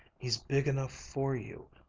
he's big enough for you,